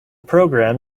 program